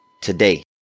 today